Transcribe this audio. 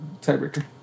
tiebreaker